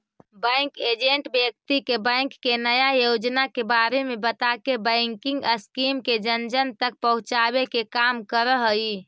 bank agent व्यक्ति के bank के नया योजना के बारे में बताके बैंकिंग स्कीम के जन जन तक पहुंचावे के काम करऽ हइ